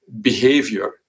behavior